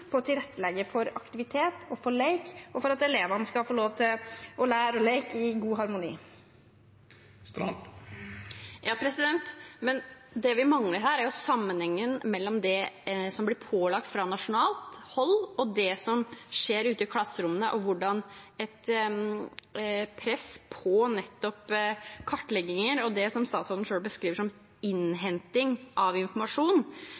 å tilrettelegge for aktivitet og lek og for at elevene skal få lov å lære og leke i god harmoni. Men det vi mangler her, er sammenhengen mellom det som blir pålagt fra nasjonalt hold, og det som skjer i klasserommene. Det gjelder hvordan et press på kartlegginger og det statsråden selv beskriver som innhenting av informasjon,